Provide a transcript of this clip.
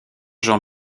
jean